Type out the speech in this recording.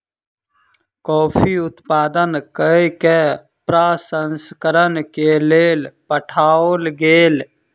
coffee उत्पादन कय के प्रसंस्करण के लेल पठाओल गेल